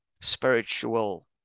spiritual